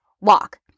walk